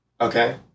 okay